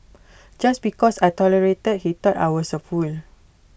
just because I tolerated he thought I was A fool